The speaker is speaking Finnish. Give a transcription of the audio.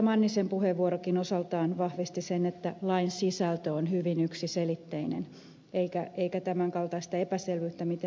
mannisen puheenvuorokin osaltaan vahvisti sen että lain sisältö on hyvin yksiselitteinen eikä tämän kaltaista epäselvyyttä mitä ed